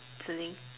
zhi ling